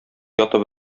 ятып